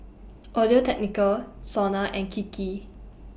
Audio Technica Sona and Kiki